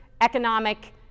economic